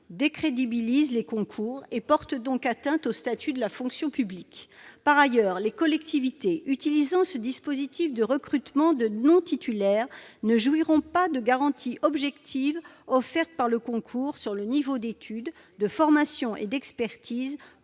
décrédibilise les concours, et porte donc atteinte au statut de la fonction publique. Par ailleurs, les collectivités ayant recours à ce dispositif de recrutement de non-titulaires ne jouiront pas des garanties objectives offertes par le concours quant au niveau d'études, de formation et d'expertise